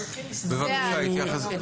בבקשה.